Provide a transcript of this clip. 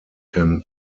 can